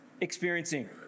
experiencing